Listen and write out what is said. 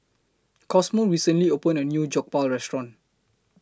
Cosmo recently opened A New Jokbal Restaurant